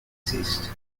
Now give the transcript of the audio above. exist